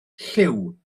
lliw